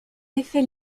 effet